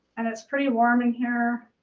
and it's pretty warm in here,